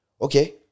okay